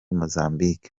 mozambique